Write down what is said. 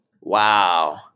Wow